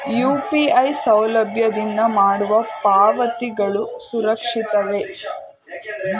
UPI ಸೌಲಭ್ಯದಲ್ಲಿ ಮಾಡುವ ಪಾವತಿಗಳು ಸುರಕ್ಷಿತವೇ?